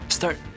start